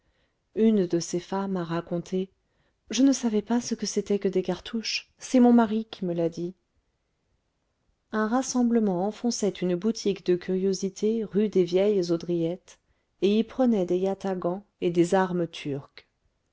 une de ces femmes a raconté je ne savais pas ce que c'était que des cartouches c'est mon mari qui me l'a dit un rassemblement enfonçait une boutique de curiosités rue des vieilles haudriettes et y prenait des yatagans et des armes turques